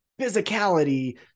physicality